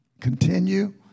continue